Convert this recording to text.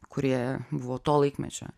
kurie buvo to laikmečio